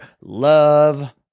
love